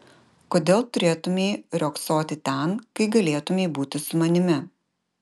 kodėl turėtumei riogsoti ten kai galėtumei būti su manimi